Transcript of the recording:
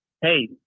hey